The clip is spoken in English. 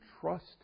trust